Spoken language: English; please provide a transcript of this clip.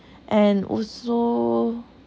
and also